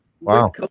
wow